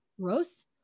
gross